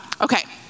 Okay